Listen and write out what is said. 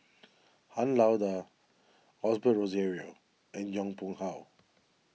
Han Lao Da Osbert Rozario and Yong Pung How